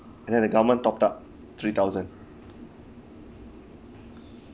and then the government topped up three thousand